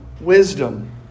wisdom